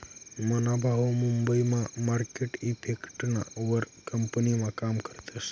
मना भाऊ मुंबई मा मार्केट इफेक्टना वर कंपनीमा काम करस